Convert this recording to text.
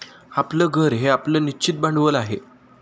आपलं घर हे आपलं निश्चित भांडवल आहे